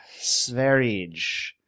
Sverige